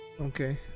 Okay